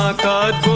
um god